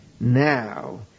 Now